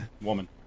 woman